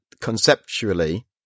conceptually